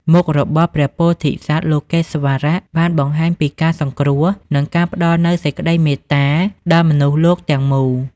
មុខរបស់ព្រះពោធិសត្វលោកេស្វរៈបានបង្ហាញពីការសង្គ្រោះ និងការផ្តល់នូវសេចក្តីមេត្តាដល់មនុស្សលោកទាំងមូល។